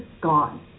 gone